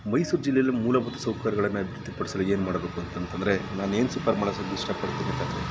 ಮೈಸೂರು ಜಿಲ್ಲೆಯಲ್ಲಿ ಮೂಲಭೂತ ಸೌಕರ್ಯಗಳನ್ನು ಅಭಿವೃದ್ಧಿ ಪಡಿಸಲು ಏನು ಮಾಡಬೇಕು ಅಂತ ಅಂತಂದ್ರೆ ನಾನೇನು ಮಾಡಿಸಲಿಕ್ಕೆ ಇಷ್ಟ ಪಡ್ತೀನಿ ಅಂತ ಅಂದ್ರೆ